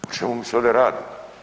O čemu se ovdje radi?